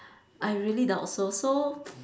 I really doubt so so